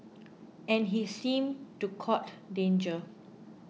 and he seemed to court danger